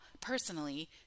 personally